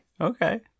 Okay